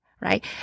right